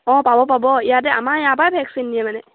অঁ পাব পাব ইয়াতে আমাৰ ইয়াৰপৰাই ভেকচিন নিয়ে মানে